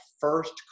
first